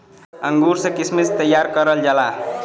अंगूर से किशमिश तइयार करल जाला